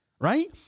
Right